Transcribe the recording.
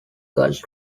girls